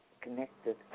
connected